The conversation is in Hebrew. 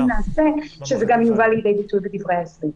אבל אם נעשה, שזה גם יובא לידי ביטוי בדברי ההסבר.